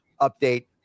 update